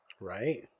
Right